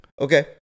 Okay